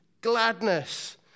gladness